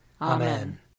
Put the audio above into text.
Amen